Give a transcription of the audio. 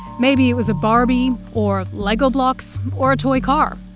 maybe it was a barbie or lego blocks or a toy car.